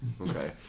Okay